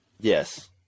Yes